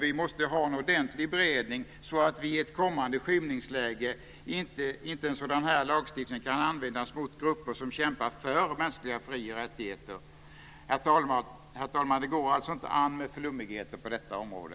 Vi måste ha en ordentlig beredning så att en sådan här lagstiftning i ett kommande skymningsläge inte kan användas mot grupper som kämpar för mänskliga fri och rättigheter. Herr talman! Det går alltså inte an med flummigheter på detta område.